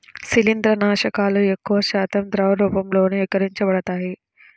శిలీంద్రనాశకాలు ఎక్కువశాతం ద్రవ రూపంలోనే విక్రయించబడతాయి